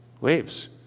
waves